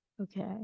Okay